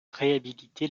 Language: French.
réhabiliter